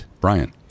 Brian